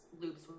loops